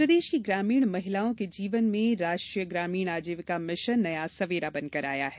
प्रदेश की ग्रामीण महिलाओं के जीवन में राष्ट्रीय ग्रामीण आजीविका मिशन नया सवेरा बनकर आया है